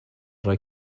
rhoi